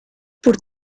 por